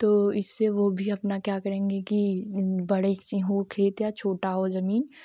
तो इससे वह भी अपना क्या करेंगे कि बड़े हो खेत या छोटा हो ज़मीन